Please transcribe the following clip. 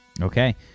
Okay